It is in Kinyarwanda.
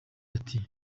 ati